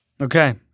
Okay